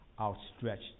outstretched